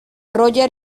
roger